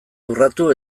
urratu